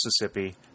Mississippi